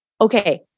Okay